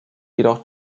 jedoch